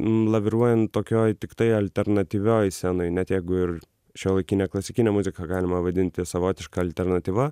laviruojant tokioj tiktai alternatyvioj scenoj net jeigu ir šiuolaikinę klasikinę muziką galima vadinti savotiška alternatyva